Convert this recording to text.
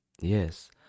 yes